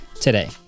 today